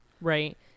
Right